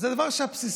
זה דבר בסיסי.